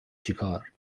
چیکار